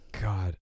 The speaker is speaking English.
God